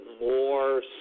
more